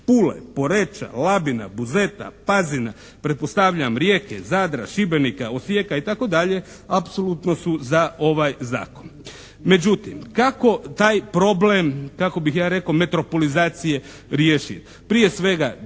Pule, Poreča, Labina, Buzeta, Pazina pretpostavljam Rijeke, Zadra, Šibenika, Osijeka itd., apsolutno su za ovaj zakon. Međutim, kako taj problem kako bih ja rekao metropolizacije riješit? Prije svega,